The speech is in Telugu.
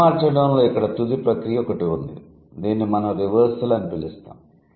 పదం మార్చడంలో ఇక్కడ తుది ప్రక్రియ ఒకటి ఉంది దీనిని మనం రివర్సల్స్ అని పిలుస్తాము